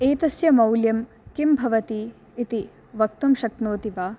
एतस्य मौल्यं किं भवति इति वक्तुं शक्नोति वा